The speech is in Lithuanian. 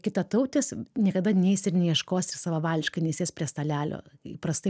kitatautis niekada neis ir neieškos savavališkai nesės prie stalelio įprastai